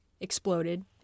exploded